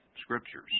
scriptures